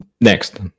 Next